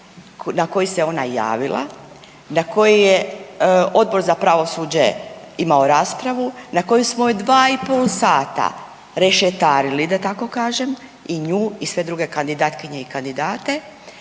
na koji se ona javila, na koji je Odbor za pravosuđe imao raspravu, na koju smo je 2 i pol sata rešetarili, da tako kažem, i nju i sve druge kandidatkinje i kandidate,